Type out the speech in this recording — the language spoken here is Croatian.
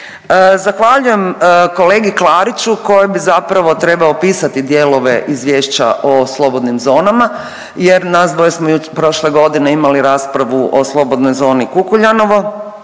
Zahvaljujem kolegi Klariću koji bi zapravo trebao pisati dijelove Izvješća o slobodnim zonama, jer nas dvoje smo prošle godine imali raspravu o slobodnoj zoni Kukuljanovo.